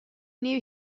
knew